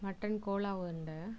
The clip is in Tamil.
மட்டன் கோலா உருண்டை